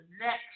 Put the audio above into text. next